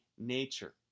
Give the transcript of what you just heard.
nature